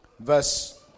verse